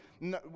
no